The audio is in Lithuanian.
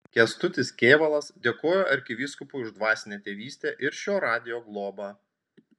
kęstutis kėvalas dėkojo arkivyskupui už dvasinę tėvystę ir šio radijo globą